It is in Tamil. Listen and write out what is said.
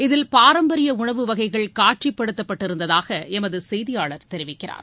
இதில் பாரம்பரிய உணவு வகைகள் காட்சிப்படுத்தப்பட்டிருந்ததாக எமது செய்தியாளர் தெரிவிக்கிறார்